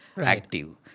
active